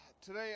Today